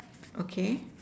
okay